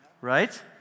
right